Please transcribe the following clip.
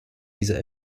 dieser